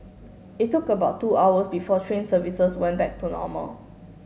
it took about two hours before train services went back to normal